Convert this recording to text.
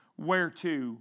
whereto